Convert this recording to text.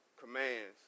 commands